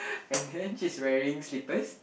and then she's wearing slippers